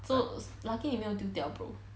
so lucky 你没有丢掉 bro